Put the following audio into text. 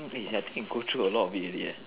eh I think we go through a lot of it already eh